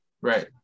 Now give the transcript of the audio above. right